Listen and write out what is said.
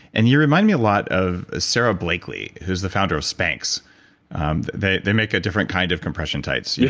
and you remind me a lot of sara blakely who's the founder of spanx they they make a different different kind of compression tights yeah